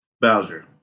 Bowser